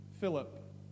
Philip